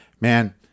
Man